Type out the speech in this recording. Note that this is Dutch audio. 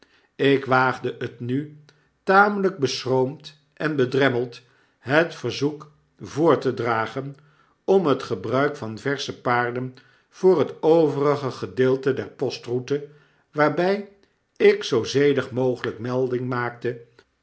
ik waagde het mi tamelyk beschroomd en bedremmeld het verzoek voor te dragen om het gebruik van versche paarden voor het overige gedeelte der postroute waarby ik zoo zedig mogeltjk melding maakte